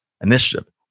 Initiative